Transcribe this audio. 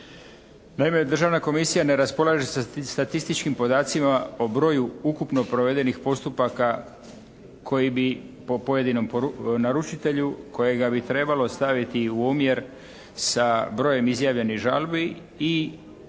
Naime državna komisija ne raspolaže statističkim podacima o broju ukupno provedenih postupaka koji bi po pojedinom naručitelju kojega bi trebalo staviti u omjer sa brojem izjavljenih žalbi i postotku